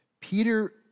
Peter